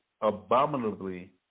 abominably